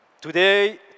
Today